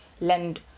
lend